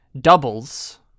doubles